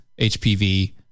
HPV